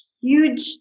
huge